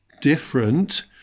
different